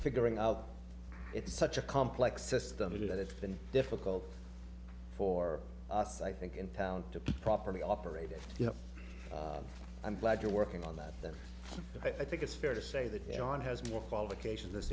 figuring out it's such a complex system that it been difficult for us i think in town to properly operate it you know i'm glad you're working on that that i think it's fair to say that you know on has more qualifications this